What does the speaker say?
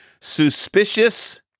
Suspicious